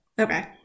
Okay